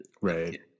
right